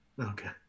Okay